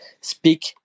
speak